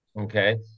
okay